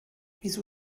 wieso